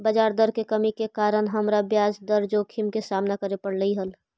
बजार दर में कमी के कारण हमरा ब्याज दर जोखिम के सामना करे पड़लई हल